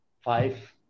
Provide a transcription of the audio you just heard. five